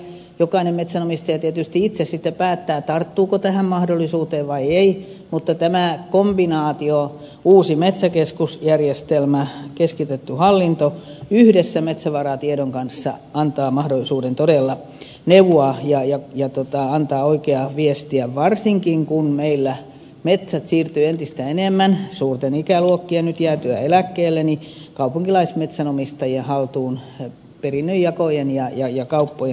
jokainen metsänomistaja tietysti itse päättää tarttuuko tähän mahdollisuuteen vai ei mutta tämä kombinaatio uusi metsäkeskusjärjestelmä ja keskitetty hallinto yhdessä metsävaratiedon kanssa antaa todella mahdollisuuden neuvoa ja antaa oikeaa viestiä varsinkin kun meillä metsät siirtyvät suurten ikäluokkien jäätyä eläkkeelle entistä enemmän kaupunkilaismetsänomistajien haltuun perinnönjakojen ja kauppojen kautta